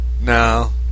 No